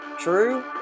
true